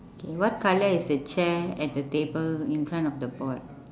okay what colour is the chair at the table in front of the board